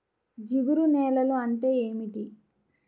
జిగురు నేలలు అంటే ఏమిటీ?